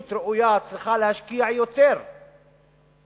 מדיניות ראויה צריכה להשקיע יותר בפריפריה,